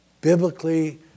biblically